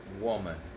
woman